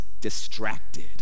distracted